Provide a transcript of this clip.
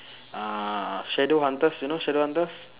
uh shadowhunters you know shadowhunters